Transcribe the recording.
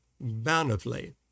bountifully